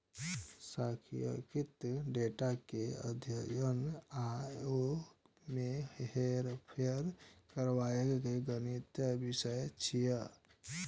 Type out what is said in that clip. सांख्यिकी डेटा के अध्ययन आ ओय मे हेरफेर करबाक गणितीय विषय छियै